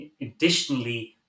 additionally